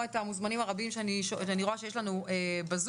את המוזמנים הרבים שאני רואה שיש לנו בזום.